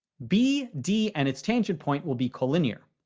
b, d and its tangent point will be collinear.